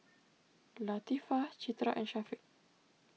Latifa Citra and Syafiq